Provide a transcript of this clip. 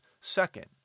second